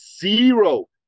zero